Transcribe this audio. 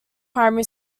primary